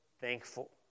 thankful